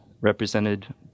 represented